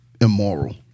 immoral